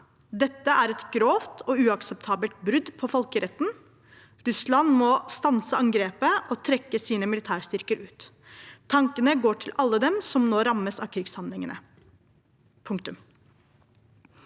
Dette er et grovt og uaksepta belt brudd på folkeretten. Russland må stanse angrepet og trekke sine militære styrker ut! Tankene går til alle dem som nå rammes av krigshandlingene.»